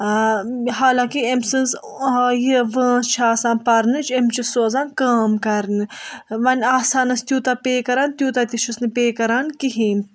آ حالانٛکہِ أمۍ سٕنٛز یِہِ وٲنٛس چھِ آسان پَرنٕچ أمِس چھِ سوزان کٲم کَرنہِ وۅنۍ آسہٕ ہانَس تیٛوٗتاہ پیٚے کَران تیٛوٗتاہ تہِ چھُس نہٕ پیٚے کَران کِہیٖنٛۍ